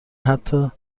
حتا